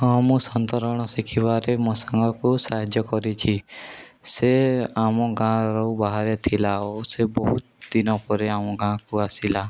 ହଁ ମୁଁ ସନ୍ତରଣ ଶିଖିବାରେ ମୋ ସାଙ୍ଗକୁ ସାହାଯ୍ୟ କରିଛି ସେ ଆମ ଗାଁରୁ ବାହାରେ ଥିଲା ଓଉ ସେ ବହୁତ ଦିନ ପରେ ଆମ ଗାଁକୁ ଆସିଲା